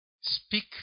Speak